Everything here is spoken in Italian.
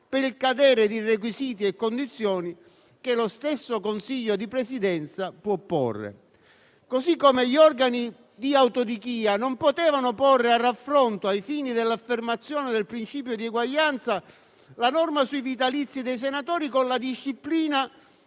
per il cadere di requisiti e condizioni che lo stesso Consiglio di Presidenza può porre. Allo stesso modo, gli organi di autodichia non potevano porre a raffronto, ai fini dell'affermazione del principio di uguaglianza, la norma sui vitalizi dei senatori con la disciplina